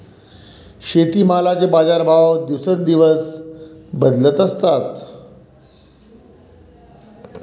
शेतीमालाचे बाजारभाव दिवसेंदिवस बदलत असतात